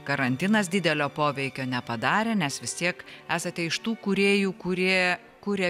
karantinas didelio poveikio nepadarė nes vis tiek esate iš tų kūrėjų kurie kuria